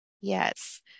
yes